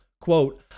Quote